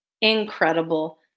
incredible